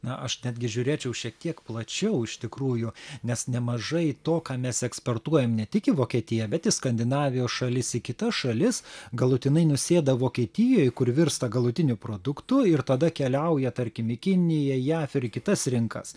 na aš netgi žiūrėčiau šiek tiek plačiau iš tikrųjų nes nemažai to ką mes eksportuojam ne tik į vokietiją bet į skandinavijos šalis į kitas šalis galutinai nusėda vokietijoj kur virsta galutiniu produktu ir tada keliauja tarkim į kiniją jav ir į kitas rinkas